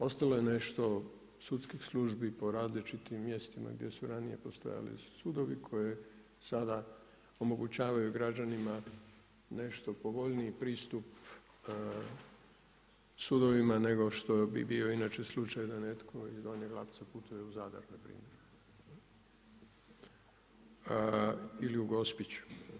Ostalo je nešto sudskih službi po različitim mjestima gdje su ranije postojali sudovi koji sada omogućavaju građanima nešto povoljniji pristup sudovima nego što bi bio inače slučaj da netko iz Donjeg Lapce putuje u Zadar na primjer ili u Gospić.